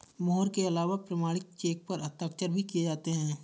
मोहर के अलावा प्रमाणिक चेक पर हस्ताक्षर भी किये जाते हैं